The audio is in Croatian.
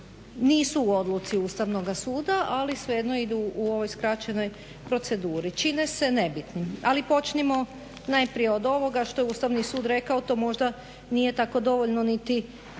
nisu u odluci Ustavnog suda ali svejedno idu u ovoj skraćenoj proceduri. Čine se nebitnim, ali počnimo najprije od ovoga što je Ustavni sud rekao, to možda nije tako dovoljno niti